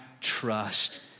trust